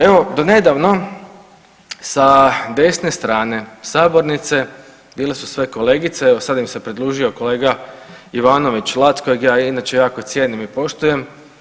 Evo do nedavno sa desne strane sabornice bili su sve kolegice, evo sada im se pridružio kolega Ivanović … kojeg ja inače jako cijenim i poštujem.